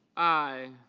i.